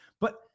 but-